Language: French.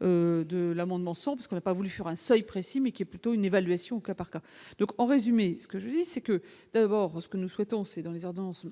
de l'amendement 100 parce qu'on n'a pas voulu sur un seuil précis mais qui est plutôt une évaluation au cas par cas, donc en résumé ce que je dis c'est que Bordeaux ce que nous souhaitons, c'est dans les heures, dans ce